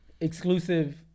exclusive